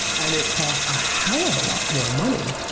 and it costs a hell of a lot more money